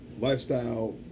lifestyle